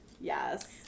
Yes